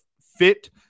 fit